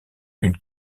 une